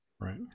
right